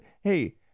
hey